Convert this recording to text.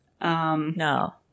No